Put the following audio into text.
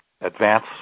advance